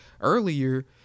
earlier